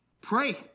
Pray